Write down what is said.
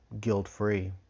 guilt-free